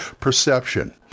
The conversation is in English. Perception